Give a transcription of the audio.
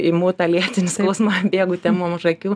imu tą lėtinį skausmą bėgu temom už akių